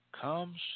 comes